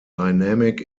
dynamic